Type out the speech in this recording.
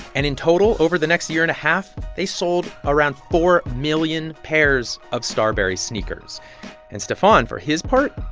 and in total over the next year and a half, they sold around four million pairs of starbury sneakers and stephon, for his part,